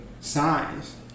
size